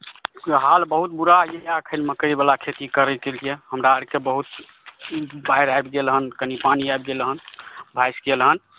हाल बहुत बुरा यए अखन मकइवला खेती करैके लिए हमरा आरकेँ बहुत बाढ़ि आबि गेल हन कनि पानी आबि गेल हन भँसि गेल हन